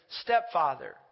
stepfather